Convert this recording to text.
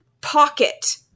pocket